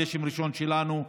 גשם ראשון שלנו,